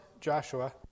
Joshua